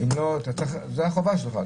זו החובה שלך.